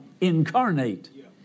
incarnate